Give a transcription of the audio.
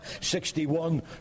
61